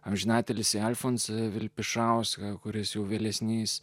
amžinatilsį alfonsą vilpišauską kuris jau vėlesnės